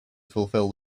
fulfill